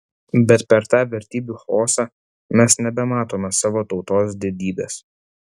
bet per tą vertybių chaosą mes nebematome savo tautos didybės